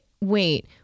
wait